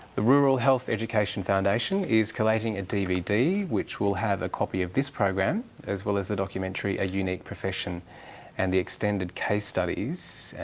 the rural health education foundation is collating a dvd which will have a copy of this program as well as the documentary a unique profession and the extended case studies,